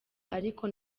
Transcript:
ariko